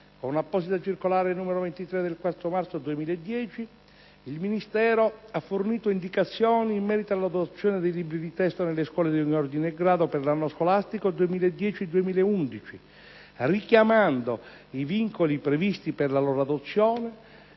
con apposita circolare n. 23 del 4 marzo 2010, il Ministero ha fornito indicazioni in merito all'adozione dei libri di testo nelle scuole di ogni ordine e grado per l'anno scolastico 2010-2011 richiamando i "vincoli" previsti per la loro adozione,